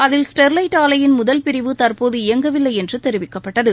அதில் ஸ்டெர்லைட் ஆலையின் முதல் பிரிவு தற்போது இயங்கவில்லை என்று தெரிவிக்கப்பட்டது